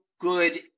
good